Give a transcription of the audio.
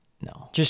No